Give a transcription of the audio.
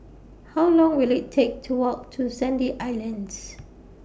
How Long Will IT Take to Walk to Sandy Islands